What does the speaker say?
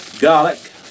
Garlic